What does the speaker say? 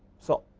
so,